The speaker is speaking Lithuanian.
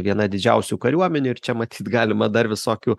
viena didžiausių kariuomenių ir čia matyt galima dar visokių